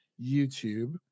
YouTube